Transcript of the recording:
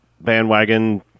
bandwagon